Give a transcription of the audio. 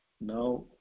Now